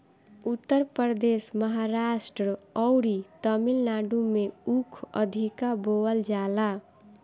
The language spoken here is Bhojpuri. उत्तर प्रदेश, महाराष्ट्र अउरी तमिलनाडु में ऊख अधिका बोअल जाला